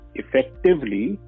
effectively